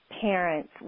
parents